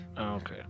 Okay